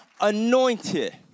anointed